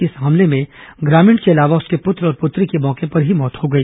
इस हमले में ग्रामीण के अलावा उसके पुत्र और पुत्री की मौके पर ही मौत हो गई